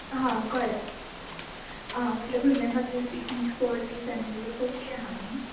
हां कळ्ळें आं म्हटल्यार भुरग्यां खातीर पिकनीक स्पॉट बी फॅमिली तसो ओके आहा न्ही